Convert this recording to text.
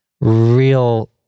real